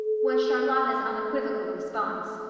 was charlotta's unequivocal response.